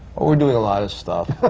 oh, we're doing a lot of stuff.